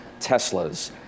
Teslas